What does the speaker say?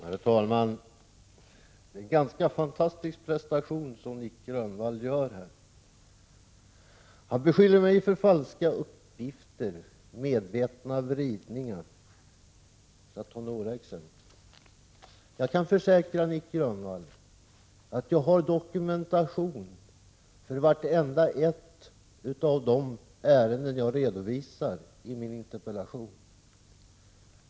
Herr talman! Nic Grönvall gör sig skyldig till en ganska fantastisk prestation. Han bekyller mig för att lämna falska uppgifter, medvetna förvrängningar — för att nu nämna några exempel. Jag kan försäkra Nic Grönvall att jag har dokumentation för vartenda ett av de ärenden som jag har redovisat i interpellationen.